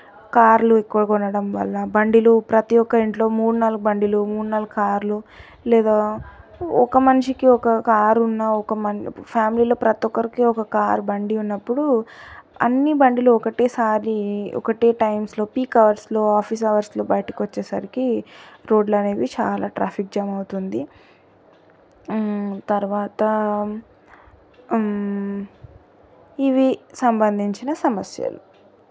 కార్లు ఎక్కువ కొనడం వల్ల బండిలు ప్రతి ఒక్క ఇంట్లో మూడు నాలుగు బండిలు మూడు నాలుగు కార్లు లేదా ఒక మనిషికి ఒక కారు ఉన్న ఒక ఫ్యామిలీలో ప్రతి ఒక్కరికి ఒక కారు బండి ఉన్నప్పుడు అన్ని బండిలు ఒకటేసారి ఒకటే టైమ్స్లో వీక్ అవర్స్లో ఆఫీస్ అవర్స్లో బయటకు వచ్చేసరికి రోడ్లనేవి చాలా ట్రాఫిక్ జామ్ అవుతుంది తర్వాత ఇవి సంబంధించిన సమస్యలు